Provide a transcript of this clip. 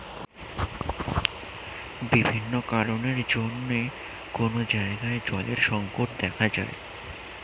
বিভিন্ন কারণের জন্যে কোন জায়গায় জলের সংকট দেখা যায়